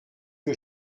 que